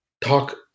talk